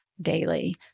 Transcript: daily